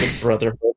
Brotherhood